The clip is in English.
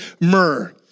myrrh